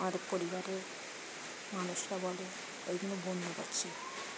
আমাদের পরিবারের মানুষরা বলে ওইগুলো বন্য পাখি